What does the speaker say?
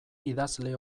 idazle